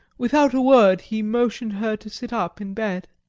without a word he motioned her to sit up in bed.